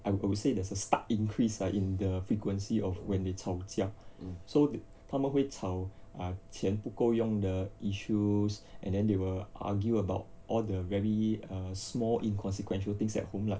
I would say there's a stark increase ah in the frequency of when they 吵架 so the 他们会吵 err 钱不够用的 issues and then they will argue about all the very err small inconsequential things at home lah